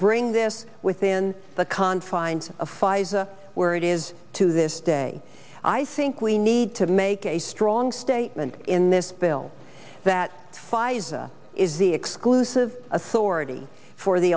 bring this within the confines of pfizer where it is to this day i think we need to make a strong statement in this bill that pfizer is the exclusive authority for the